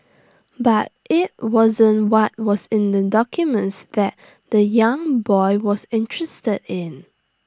but IT wasn't what was in the documents that the young boy was interested in